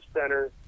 center